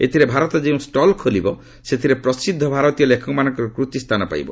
ଏଥିରେ ଭାରତ ଯେଉଁ ଷ୍ଟଲ୍ ଖୋଲିବ ସେଥିରେ ପ୍ରସିଦ୍ଧ ଭାରତୀୟ ଲେଖକମାନଙ୍କର କୃତି ସ୍ଥାନ ପାଇବ